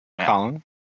Colin